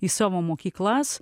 į savo mokyklas